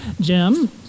Jim